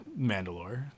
Mandalore